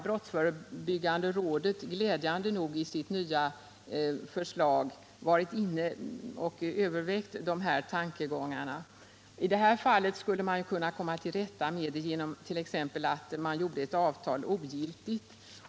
Brottsförebyggande rådet har glädjande nog i sitt nya förslag övervägt dessa tankegångar. I det här fallet skulle man kunna komma till rätta med överträdelser genom att göra ett avtal ogiltigt.